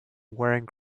wearing